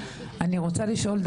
אני רוצה לשאול,